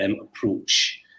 approach